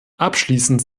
abschließend